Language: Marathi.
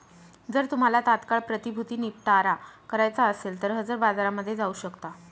जर तुम्हाला तात्काळ प्रतिभूती निपटारा करायचा असेल तर हजर बाजारामध्ये जाऊ शकता